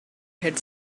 had